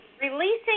releasing